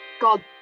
God